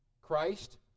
Christ